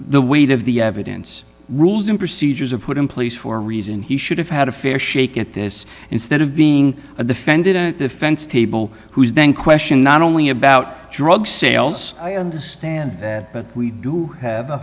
the weight of the evidence rules and procedures are put in place for a reason he should have had a fair shake at this instead of being a defendant defense table who is then question not only about drug sales i understand that but we do have a